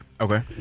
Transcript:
Okay